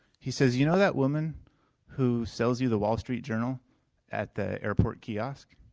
he says, you know that woman who sells you the wall street journal at the airport kiosk?